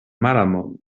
malamon